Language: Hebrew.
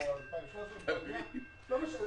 או 2,300. לא משנה,